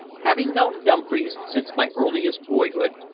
having known dumfries since my earliest boyhood,